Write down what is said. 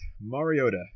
Mariota